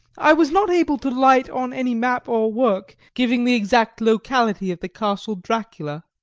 i was not able to light on any map or work giving the exact locality of the castle dracula,